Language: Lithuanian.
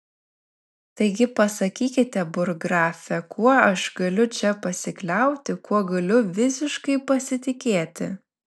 taigi pasakykite burggrafe kuo aš galiu čia pasikliauti kuo galiu visiškai pasitikėti